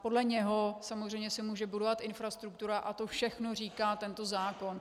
Podle něho se samozřejmě může budovat infrastruktura a to všechno říká tento zákon.